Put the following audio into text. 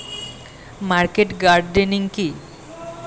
Market gardening কি?